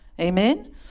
Amen